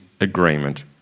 agreement